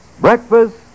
Breakfast